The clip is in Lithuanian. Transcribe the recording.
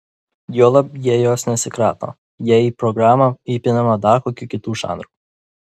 juolab jie jos nesikrato jei į programą įpinama dar kokių kitų žanrų